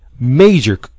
Major